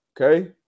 Okay